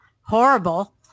horrible